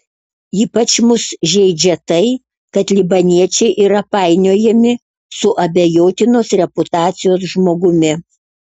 ypač mus žeidžia tai kad libaniečiai yra painiojami su abejotinos reputacijos žmogumi